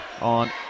on